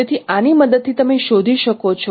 તેથી આની મદદથી તમે શોધી શકો છો